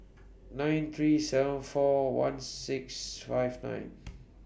nine three seven four one six five nine